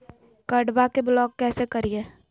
कार्डबा के ब्लॉक कैसे करिए?